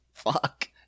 Fuck